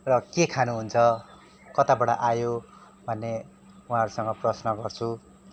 र के खानुहुन्छ कताबाट आयो भन्ने उहाँहरूसँग प्रश्न गर्छु